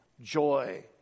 joy